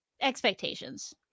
expectations